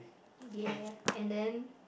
ya and then